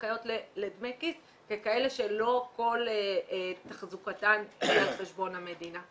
זכאיות לדמי כיס ככאלה שלא כל תחזוקתן היא על חשבון המדינה.